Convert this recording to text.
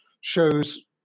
shows